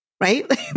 Right